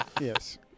Yes